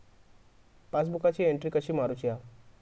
पासबुकाची एन्ट्री कशी मारुची हा?